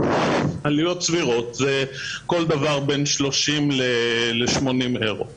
כל דבר בין 30 ל-80 יורו.